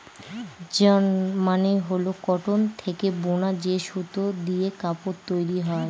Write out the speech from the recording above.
yarn মানে হল cotton থেকে বুনা যে সুতো দিয়ে কাপড় তৈরী হয়